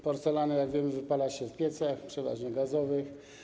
Porcelanę, jak wiemy, wypala się w piecach, przeważnie gazowych.